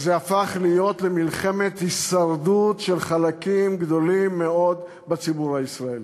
וזה הפך להיות מלחמת הישרדות של חלקים גדולים מאוד בציבור הישראלי.